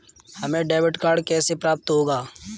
हमें debit card कैसे प्राप्त होगा?